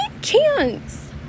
chance